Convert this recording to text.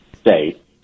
state